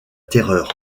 terreur